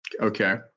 Okay